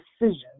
decision